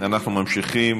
אנחנו ממשיכים.